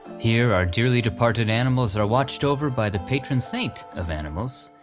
here our dearly departed animals are watched over by the patron saint of animals,